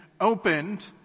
opened